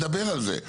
נדבר על זה.